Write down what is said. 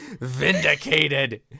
Vindicated